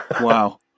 Wow